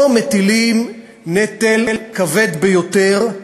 פה מטילים נטל כבד ביותר.